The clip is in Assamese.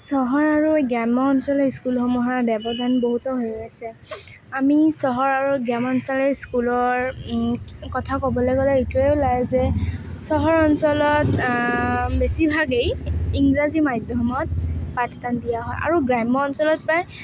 চহৰ আৰু গ্ৰাম্য অঞ্চলৰ স্কুলসমূহৰ ব্যৱধান বহুতো হৈ আছে আমি চহৰ আৰু গ্ৰাম্য অঞ্চলৰ স্কুলৰ কথা ক'বলৈ গ'লে এইটোৱে ওলায় যে চহৰ অঞ্চলত বেছিভাগেই ইংৰাজী মাধ্যমত পাঠদান দিয়া হয় আৰু গ্ৰাম্য অঞ্চলত প্ৰায়